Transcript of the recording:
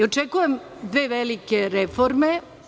Očekujem dve velike reforme.